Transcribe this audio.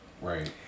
Right